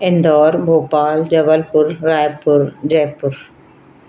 Indore Bhopal Jabalpur Raipur Jaipur